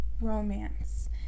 romance